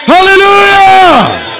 Hallelujah